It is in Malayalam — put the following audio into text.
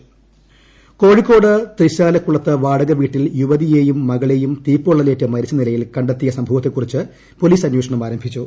മരിച്ച നിലയിൽ കോഴിക്കോട് തൃശാലക്കുളത്ത് വാടക വീട്ടിൽ യുവതിയെയും മകളെയും തീപ്പൊള്ളലേറ്റ് മരിച്ച നിലയിൽ കണ്ടെത്തിയ സംഭവത്തെ കുറിച്ച് പൊലീസ് അന്വേഷണം ആരംഭിച്ചു